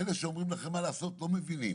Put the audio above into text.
אלה שאומרים לכם מה לעשות לא מבינים,